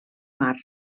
mar